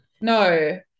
No